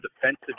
defensive